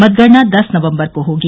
मतगणना दस नवम्बर को होगी